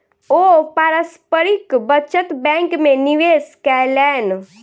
ओ पारस्परिक बचत बैंक में निवेश कयलैन